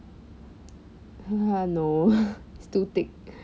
no it's too thick